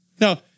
Now